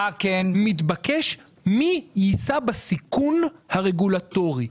מתבקש להליט מי יישא בסיכון הרגולטורי.